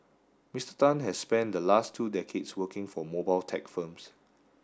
Mister Tan has spent the last two decades working for mobile tech firms